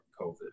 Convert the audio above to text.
COVID